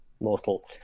mortal